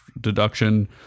deduction